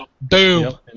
Boom